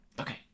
Okay